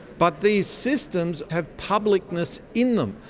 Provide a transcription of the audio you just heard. but these systems have publicness in them.